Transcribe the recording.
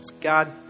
God